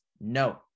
No